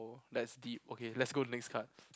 that's deep okay let's go to the next card